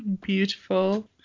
beautiful